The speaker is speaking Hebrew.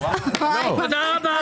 תודה רבה.